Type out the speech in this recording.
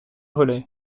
relais